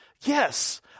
Yes